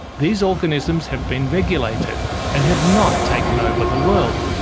these organisms have been regulated and have not taken over the world.